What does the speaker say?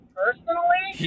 personally